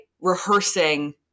rehearsing